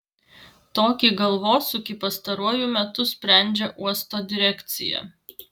tokį galvosūkį pastaruoju metu sprendžia uosto direkcija